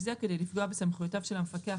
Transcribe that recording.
זה כדי לפגוע בסמכויותיו של המפקח,